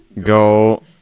go